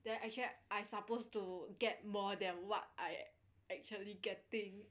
then I check I suppose to get more than what I actually getting